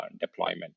deployment